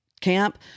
camp